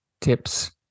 tips